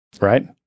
right